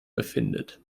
befindet